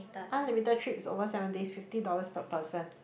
unlimited trips over seven days fifty dollars per person